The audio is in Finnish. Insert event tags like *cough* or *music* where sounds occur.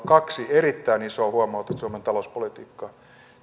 *unintelligible* kaksi erittäin isoa huomautusta suomen talouspolitiikkaan